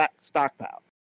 stockpile